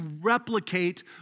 replicate